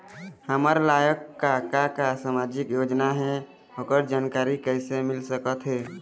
हमर लायक का का सामाजिक योजना हे, ओकर जानकारी कइसे मील सकत हे?